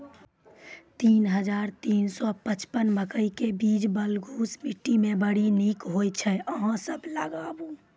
तीन हज़ार तीन सौ पचपन मकई के बीज बलधुस मिट्टी मे बड़ी निक होई छै अहाँ सब लगाबु?